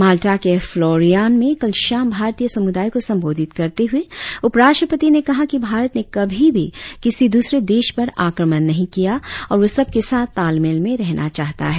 माल्टा के फ्लोरियान में कल शाम भारतीय समुदाय को संबोधित करते हुए उपराष्ट्रपति ने कहा कि भारत ने कभी भी किसी द्रसरे देश पर आक्रमण नहीं किया और वह सबके साथ तालमेल से रहना चाहता है